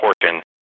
portion